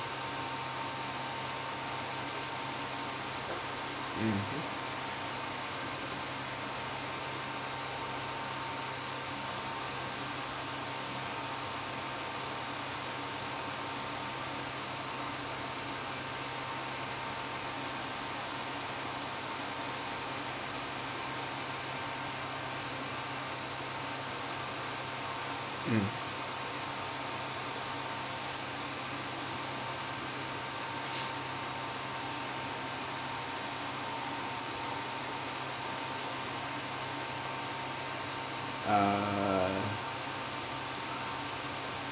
mmhmm um uh